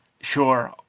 sure